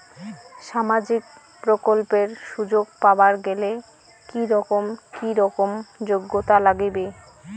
সামাজিক প্রকল্পের সুযোগ পাবার গেলে কি রকম কি রকম যোগ্যতা লাগিবে?